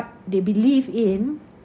they believe in